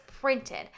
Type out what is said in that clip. printed